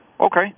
okay